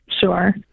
sure